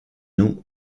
nous